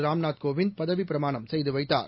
ராம் நாத் கோவிந்த் பதவிப் பிரமாணம் செய்துவைத்தார்